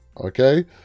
okay